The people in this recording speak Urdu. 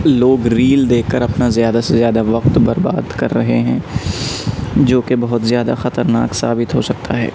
لوگ ریل دیکھ کر اپنا زیادہ سے زیادہ وقت برباد کر رہے ہیں جوکہ بہت زیادہ خطرناک ثابت ہو سکتا ہے